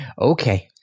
Okay